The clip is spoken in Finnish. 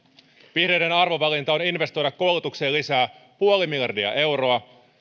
vihreiden arvovalinta on investoida koulutukseen lisää puoli miljardia euroa